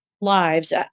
lives